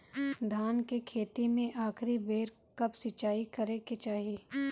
धान के खेती मे आखिरी बेर कब सिचाई करे के चाही?